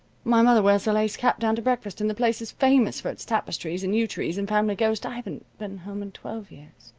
my mother wears a lace cap down to breakfast, and the place is famous for its tapestries and yew trees and family ghost. i haven't been home in twelve years.